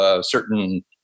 certain